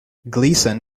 gleeson